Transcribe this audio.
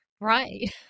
right